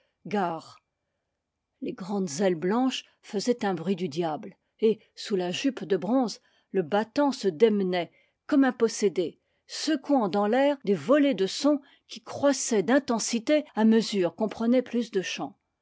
gare les grandes ailes blanches faisaient un bruit du diable et sous la jupe de bronze le battant se démenait comme un possédé secouant dans l'air des volées de sons qui crois saient d'intensité à mesure qu'on prenait plus de champ